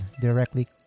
directly